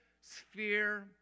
sphere